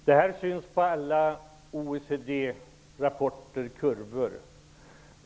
Detta syns i alla OECD-rapporter.